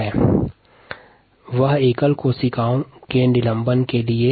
पूर्व चर्चा एकल कोशिका के निलंबन के लिए था